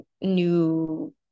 new